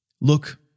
Look